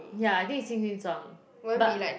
yeah I think is 轻轻撞 but